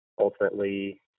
ultimately